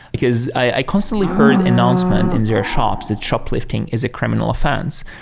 because i constantly heard announcement in their shops that shoplifting is a criminal offence.